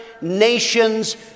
nations